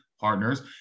partners